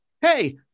Hey